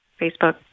Facebook